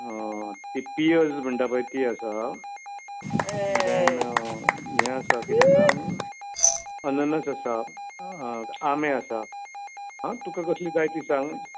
ती पियर्स म्हणटा पळय तीं आसा देन हें आसा कितें सांग अननस आसा आमे आसा आं तुका कसली जाय ती सांग